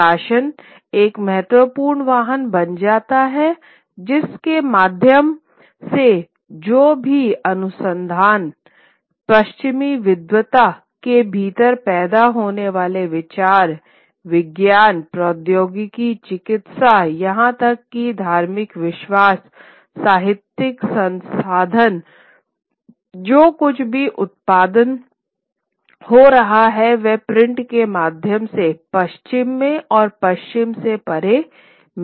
प्रकाशन एक महत्वपूर्ण वाहन बन जाता है जिसके माध्यम से जो भी अनुसंधान पश्चिमी विद्वता के भीतर पैदा होने वाले विचार विज्ञान प्रौद्योगिकीचिकित्सा यहां तक कि धार्मिक विश्वास साहित्यिक संसाधन जो कुछ भी उत्पादन हो रहा है वह प्रिंट के माध्यम से पश्चिम में और पश्चिम से परे मिलता है